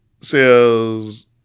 says